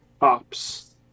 ops